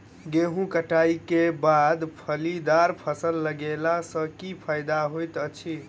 गेंहूँ कटाई केँ बाद फलीदार फसल लगेला सँ की फायदा हएत अछि?